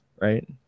right